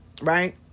Right